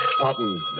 Pardon